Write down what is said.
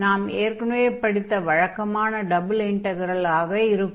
நாம் ஏற்கெனவே படித்த வழக்கமான டபுள் இன்டக்ரெலாக இருக்கும்